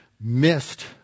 missed